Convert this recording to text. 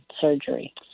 surgery